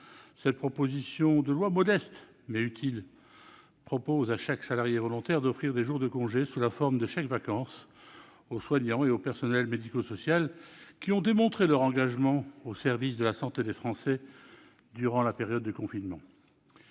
cette phrase. Ce texte modeste, mais utile, vise à proposer à chaque salarié volontaire d'offrir des jours de congé sous la forme de chèques-vacances aux soignants et aux personnels médico-sociaux qui ont démontré leur engagement au service de la santé des Français durant la période de confinement.